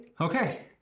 Okay